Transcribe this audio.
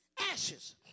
ashes